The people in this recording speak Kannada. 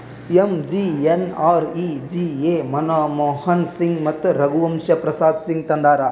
ಎಮ್.ಜಿ.ಎನ್.ಆರ್.ಈ.ಜಿ.ಎ ಮನಮೋಹನ್ ಸಿಂಗ್ ಮತ್ತ ರಘುವಂಶ ಪ್ರಸಾದ್ ಸಿಂಗ್ ತಂದಾರ್